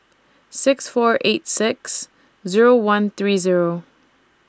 six four eight six Zero one three Zero